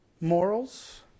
morals